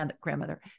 grandmother